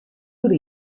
oer